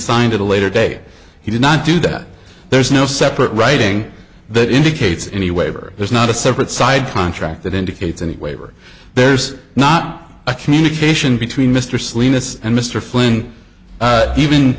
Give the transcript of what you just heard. signed at a later day he did not do that there's no separate writing that indicates any waiver there's not a separate side contract that indicates any waiver there's not a communication between mr salinas and mr flynn